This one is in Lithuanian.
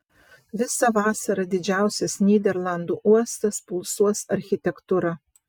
visą vasarą didžiausias nyderlandų uostas pulsuos architektūra